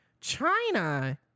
China